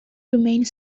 remained